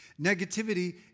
Negativity